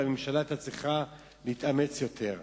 והממשלה היתה צריכה להתאמץ יותר.